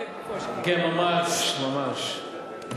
ממש, ממש.